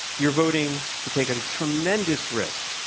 you're voting to take a tremendous risk